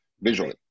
visually